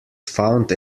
found